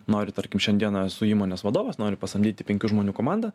noriu tarkim šiandieną esu įmonės vadovas noriu pasamdyti penkių žmonių komandą